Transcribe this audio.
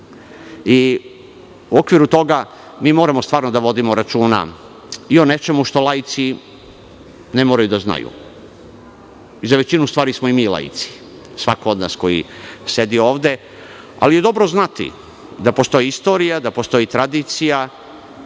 i u okviru toga moramo stvarno da vodimo računa i o nečemu što laici ne moraju da znaju. Za većinu stvari smo i mi laici. Svako od nas ko sedi ovde. Dobro je znati da postoji istorija i postoji tradicija,